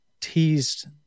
teased